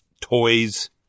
toys